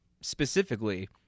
specifically